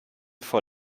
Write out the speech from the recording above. vor